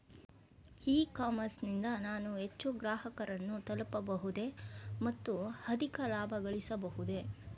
E commerce ನಿಂದ ನಾನು ಹೆಚ್ಚು ಗ್ರಾಹಕರನ್ನು ತಲುಪಬಹುದೇ ಮತ್ತು ಅಧಿಕ ಲಾಭಗಳಿಸಬಹುದೇ?